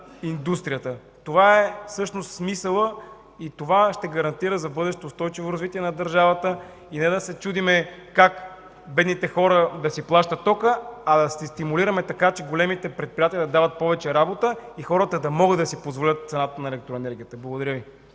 индустрията”. Това е всъщност смисълът и това ще гарантира за в бъдеще устойчиво развитие на държавата и не да се чудим как бедните хора да си плащат тока, а да стимулираме така големите предприятия, че да дават повече работа и хората да могат да си позволят цената на електроенергията. Благодаря Ви.